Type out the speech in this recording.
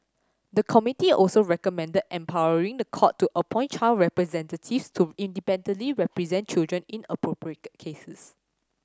the committee also recommended empowering the court to appoint child representatives to independently represent children in appropriate cases